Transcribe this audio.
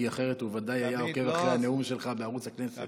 כי אחרת הוא ודאי היה עוקב אחרי הנאום שלך בערוץ הכנסת.